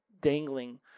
dangling